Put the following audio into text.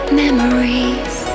memories